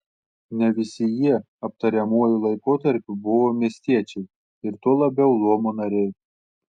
ne visi jie aptariamuoju laikotarpiu buvo miestiečiai ir tuo labiau luomo nariai